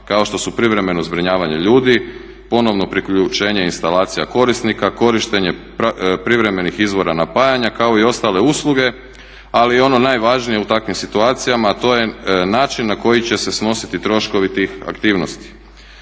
kako što su privremeno zbrinjavanje ljudi, ponovno priključenje instalacija korisnika, korištenje privremenih izvora napajanja kao i ostale usluge, ali ono najvažnije u takvim situacijama a to je način na koji će se snositi troškovi tih aktivnosti.